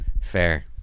fair